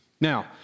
Now